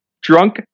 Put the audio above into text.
Drunk